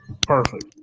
Perfect